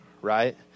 right